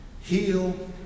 Heal